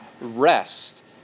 rest